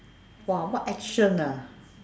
!wah! what action ah